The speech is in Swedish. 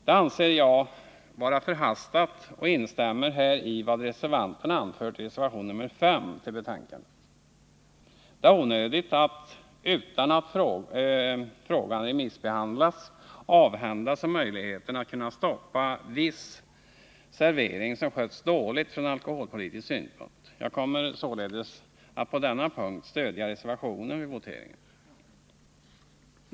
Det anser jag vara förhastat, och jag instämmer här i vad reservanterna anfört i reservationen nr 5 till betänkandet. Det är onödigt att, utan att frågan remissbehandlats, avhända sig möjligheten att kunna stoppa viss servering som skötts dåligt från alkoholpolitisk synpunkt. Jag kommer således att på denna punkt stödja reservationen vid voteringen.